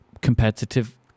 competitive